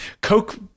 Coke